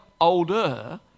older